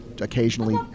occasionally